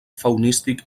faunístic